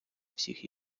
всіх